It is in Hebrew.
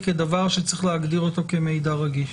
כדבר שצריך להגדיר אותו כמידע רגיש?